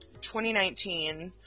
2019